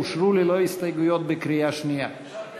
אושרו בקריאה שנייה ללא הסתייגויות,